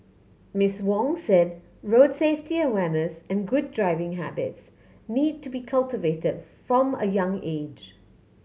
Miss Wong said road safety awareness and good driving habits need to be cultivated from a young age